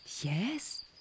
Yes